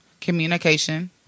communication